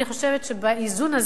אני חושבת שבאיזון הזה,